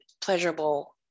pleasurable